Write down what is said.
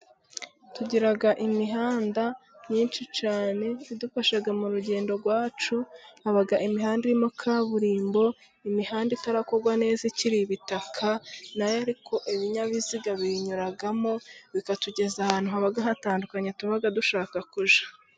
Tugira imihanda myinshi cyane idufasha mu rugendo rwacu. Haba imihanda irimo kaburimbo, imihanda itarakorwa neza ikiri ibitaka. Na yo ariko ibinyabiziga biyinyuramo bikatugeza ahantu haba hatandukanye tuba dushaka kujya.